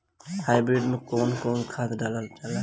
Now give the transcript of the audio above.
Hybrid में कउन कउन खाद डालल जाला?